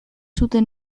zuten